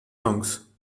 songs